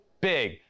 big